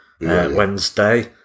Wednesday